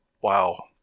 wow